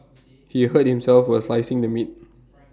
he hurt himself while slicing the meat